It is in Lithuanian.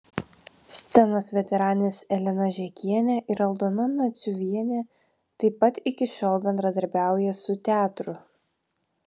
scenos veteranės elena žekienė ir aldona naciuvienė taip pat iki šiol bendradarbiauja su teatru